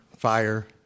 Fire